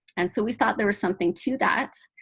and so we thought there was something to that.